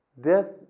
Death